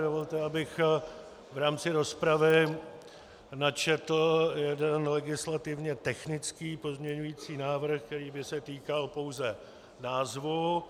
Dovolte, abych v rámci rozpravy načetl jeden legislativně technický pozměňující návrh, který by se týkal pouze názvu.